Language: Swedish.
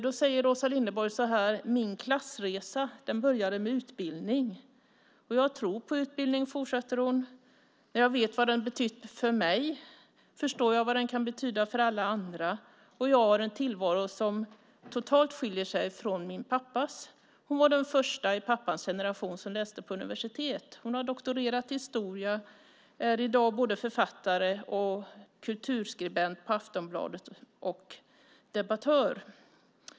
Då säger Åsa Linderborg så här: Min klassresa började med utbildning. Jag tror på utbildning, fortsätter hon. När jag vet vad den har betytt för mig förstår jag vad den kan betyda för alla andra, och jag har en tillvaro som totalt skiljer sig från min pappas. Hon var den första i pappans familj som läste på universitet. Hon har doktorerat i historia och är i dag författare, kulturskribent på Aftonbladet och debattör.